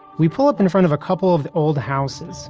we pull up in front of a couple of the old houses